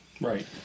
Right